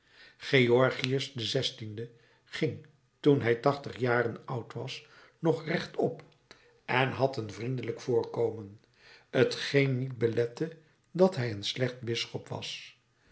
gregorius xvi ging toen hij tachtig jaren oud was nog rechtop en had een vriendelijk voorkomen t geen niet belette dat hij een slecht bisschop was